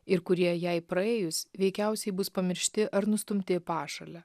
ir kurie jai praėjus veikiausiai bus pamiršti ar nustumti į pašalę